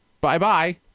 bye-bye